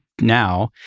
now